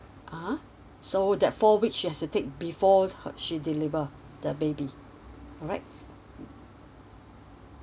(uh huh) so that four weeks she has to take before her she deliver the baby alright